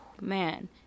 man